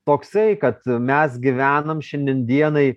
toksai kad mes gyvenam šiandien dienai